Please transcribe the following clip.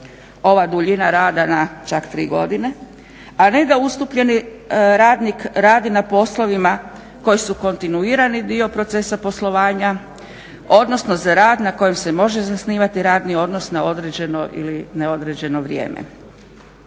ova duljina rada na čak tri godine, a ne da ustupljeni radnik radi na poslovima koji su kontinuirani dio procesa poslovanja, odnosno za rad na kojem se može zasnivati radni odnos na određeno ili neodređeno vrijeme.